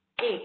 eight